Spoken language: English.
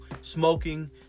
smoking